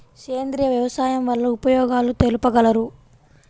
సేంద్రియ వ్యవసాయం వల్ల ఉపయోగాలు తెలుపగలరు?